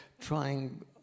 trying